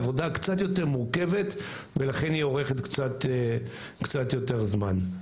עבודה קצת יותר מורכבת ולכן היא אורכת קצת יותר זמן.